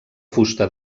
fusta